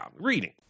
reading